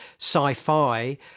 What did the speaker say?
sci-fi